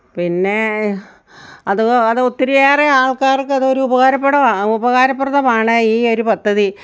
പിന്നെ അത് അത് ഒത്തിരിയേറെ ആൾക്കാർക്ക് അതൊരു ഉപകാരപ്പെടുവാണ് ഉപകാരപ്രദമാണ് ഈ ഒരു പദ്ധതി